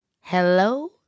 Hello